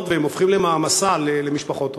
והם הופכים למעמסה על משפחות רבות.